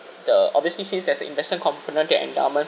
the obviously since there's the investment component the endowment